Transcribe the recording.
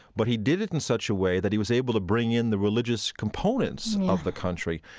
but he did it in such a way that he was able to bring in the religious components of the country.